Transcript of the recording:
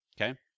Okay